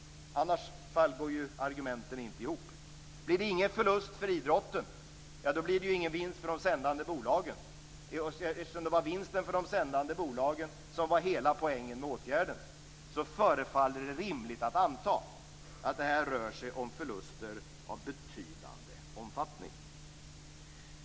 Annars går ju argumenten inte ihop. Blir det ingen förlust för idrotten, ja, då blir det ju ingen vinst för de sändande bolagen, och eftersom det var vinsten för de sändande bolagen som var hela poängen med åtgärden förefaller det rimligt att anta att det här rör sig om förluster av betydande omfattning.